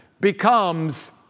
becomes